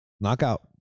knockout